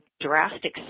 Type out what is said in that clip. drastic